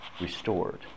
restored